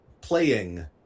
playing